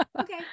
Okay